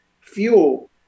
fuel